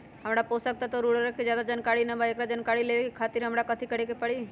हमरा पोषक तत्व और उर्वरक के ज्यादा जानकारी ना बा एकरा जानकारी लेवे के खातिर हमरा कथी करे के पड़ी?